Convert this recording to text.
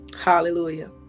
Hallelujah